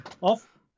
Off